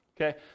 Okay